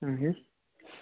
હમ હં